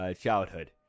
childhood